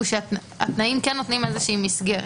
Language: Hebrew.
התנאים כן נותנים איזושהי מסגרת,